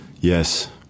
Yes